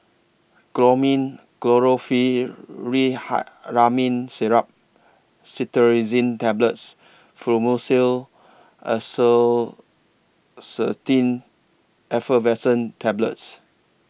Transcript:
Chlormine Syrup Cetirizine Tablets and Fluimucil Effervescent Tablets